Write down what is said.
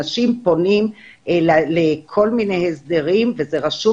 אנשים פונים לכל מיני הסדרים וזה רשום